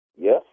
Yes